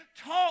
talk